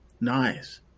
Nice